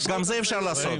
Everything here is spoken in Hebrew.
גם את זה אפשר לעשות.